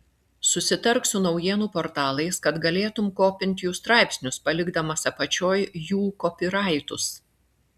susitark su naujienų portalais kad galėtum kopint jų straipsnius palikdamas apačioj jų kopyraitus